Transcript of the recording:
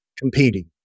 competing